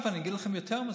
אני אגיד לכם יותר מזה,